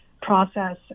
process